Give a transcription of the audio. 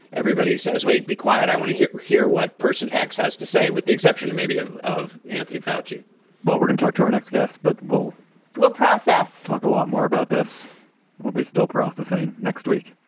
everybody says, wait, be quiet. i want to hear hear what person access to say with the exception of maybe of of anthony foushee but we're gonna talk to our next guest. but we'll we'll process talk a lot more about this we'll be still processing. next week,